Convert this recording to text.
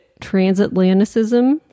Transatlanticism